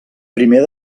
primer